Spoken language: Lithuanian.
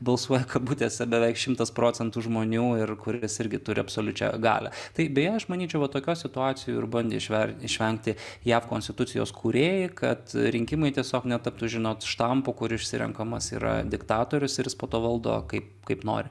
balsuoja kabutėse beveik šimtas procentų žmonių ir kuris irgi turi absoliučią galią tai beje aš manyčiau vat tokių situacijų ir bandė išven išvengti jav konstitucijos kūrėjai kad rinkimai tiesiog netaptų žinot štampu kur išsirenkamas yra diktatorius ir jis po to valdo kaip kaip nori